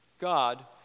God